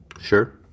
Sure